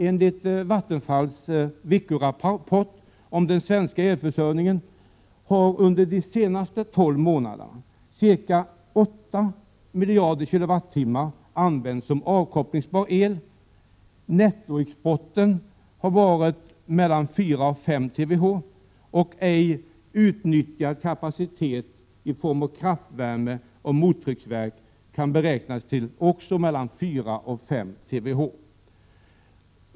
Enligt Vattenfalls veckorapporter om den svenska elförsörjningen har under de senaste tolv månaderna ca 8 miljarder kWh använts som avkopplingsbar el, nettoexporten av el har varit mellan 4 och 5 TWh, och ej utnyttjad kapacitet i kraftvärmeoch mottrycksverk kan också beräknas motsvara mellan 4 och 5 TWh.